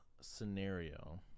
scenario